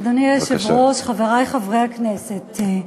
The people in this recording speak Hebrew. אדוני היושב-ראש, חברי חברי הכנסת,